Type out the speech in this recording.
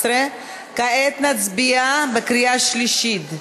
11. כעת נצביע בקריאה שלישית.